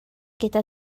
gyda